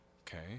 okay